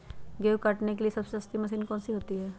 गेंहू काटने के लिए सबसे सस्ती मशीन कौन सी होती है?